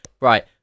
Right